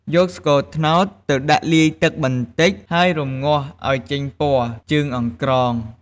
យកស្ករត្នោត ទៅដាក់លាយទឹកបន្តិច ហើយរំងាស់ ឱ្យចេញពណ៌ ជើងអង្ក្រង។